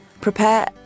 prepare